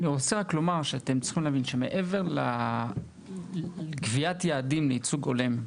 אני רוצה רק לומר שאתם צריכים להבין שמעבר לקביעת היעדים לייצוג הולם,